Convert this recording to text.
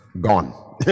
gone